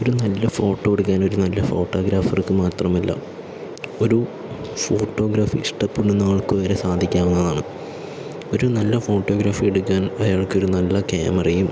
ഒരു നല്ല ഫോട്ടോ എടുക്കാൻ ഒരു നല്ല ഫോട്ടോഗ്രാഫർക്ക് മാത്രമല്ല ഒരു ഫോട്ടോഗ്രാഫി ഇഷ്ടപെടുന്ന ആൾക്കുവരെ സാധിക്കാവുന്നതാണ് ഒരു നല്ല ഫോട്ടോഗ്രാഫി എടുക്കാൻ അയാൾക്കൊരു നല്ല ക്യാമറയും